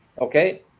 okay